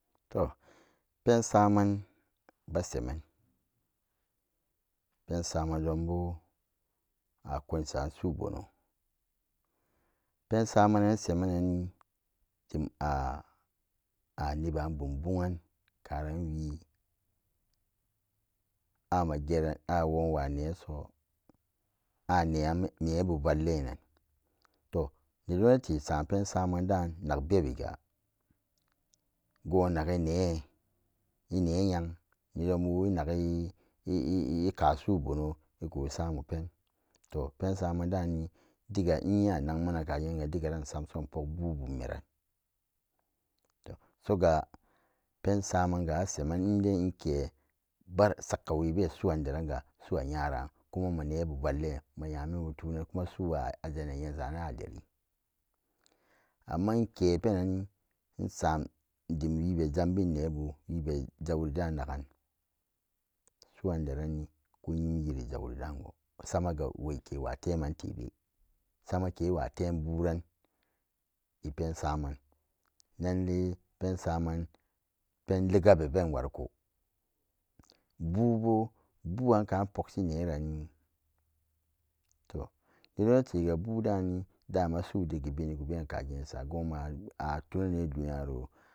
To pensamen be semen pensamen donbo a konso su'u pensamen seman-nanni tem aniben bumbugang karan wii ama geran a'wowa neso a'nebu vallenan to ne don'ate sampen sammanda nag bebbiga go'on naggi nee, inee yeng nedonbabu inaggi i'ka su'u bono ikusam open to pensamendani diga nye anakma nankagenga digaran insamsoran inpok bu'bummeran to soga pensamenga a semen indai inke bar' sakkawe be su'an deranga su'ayoran kuma nma nebu vallin ma nyamembu tunan kuma su'a aljanna nyensa nadari amma inke penanni in sam dim wii bezambin nebu webe jaudi da'nagan su'an deran i ku nyim irin jaudidago samago wai kewa teman tebe samakewa tem buran i'pensaman nanlai pesamen penlegabe beenwariko bu'u bo bu'anka pokshi nerani to nedon'atega bu'u dani doma su'u diggi bini kuben kageensa goma tun anan neduniyoro.